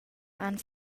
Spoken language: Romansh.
han